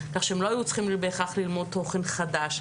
כך שהם לא היו צריכים בהכרח ללמוד תוכן חדש.